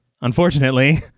Unfortunately